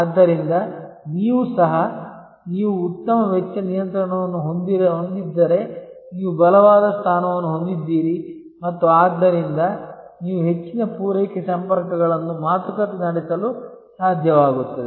ಆದ್ದರಿಂದ ನೀವು ಸಹ ನೀವು ಉತ್ತಮ ವೆಚ್ಚ ನಿಯಂತ್ರಣವನ್ನು ಹೊಂದಿದ್ದರೆ ನೀವು ಬಲವಾದ ಸ್ಥಾನವನ್ನು ಹೊಂದಿದ್ದೀರಿ ಮತ್ತು ಆದ್ದರಿಂದ ನೀವು ಹೆಚ್ಚಿನ ಪೂರೈಕೆ ಸಂಪರ್ಕಗಳನ್ನು ಮಾತುಕತೆ ನಡೆಸಲು ಸಾಧ್ಯವಾಗುತ್ತದೆ